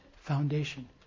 foundation